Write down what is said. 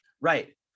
Right